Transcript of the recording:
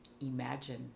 Imagine